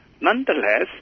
nonetheless